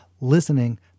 Listening